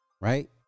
right